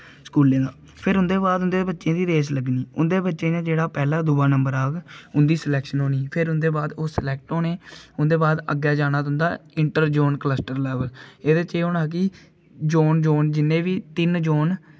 स्कूलें दा फिर उं'दे बाद उ'नें बच्चें दी रेस लग्गनी उं'दे बच्चें चा जेह्ड़ा पैह्ला दूआ नंबर आह्ग उं'दी सिलेक्शन फिर उं'दे बाद ओह् सिलेक्ट होने उं'दे बाद अग्गें जाना तुं'दा इंटर जोन कलस्टर लेवल एह्दे च एह् होना कि जोन जोन जि'न्ने बी तिन्न जोन